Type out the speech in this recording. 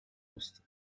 musste